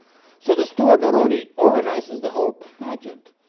so the steward not only organizes the whole pageant,